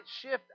shift